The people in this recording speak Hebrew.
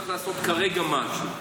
וצריך לעשות כרגע משהו.